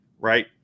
right